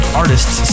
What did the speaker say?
artists